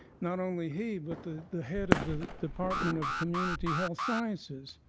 not only he but the the head of the department of community health sciences.